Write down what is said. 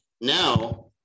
now